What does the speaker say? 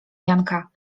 janka